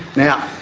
now,